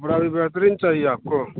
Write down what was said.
कपड़ा भी बेहतरीन चाहिए आपको